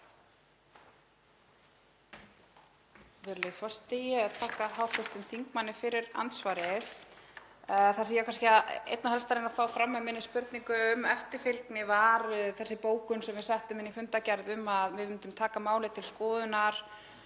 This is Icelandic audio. Virðulegi forseti. Ég þakka hv. þingmanni fyrir andsvarið. Það sem ég er kannski einna helst að reyna að fá fram með minni spurningu um eftirfylgni var þessi bókun sem við settum inn í fundargerð um að við myndum taka málið til skoðunar